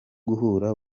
guhura